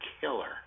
killer